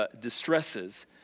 distresses